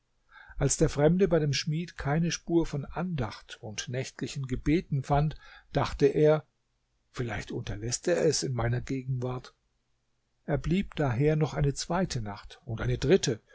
als der fremde bei dem schmied keine spur von andacht und nächtlichen gebeten fand dachte er vielleicht unterläßt er es in meiner gegenwart er blieb daher noch eine zweite nacht und eine dritte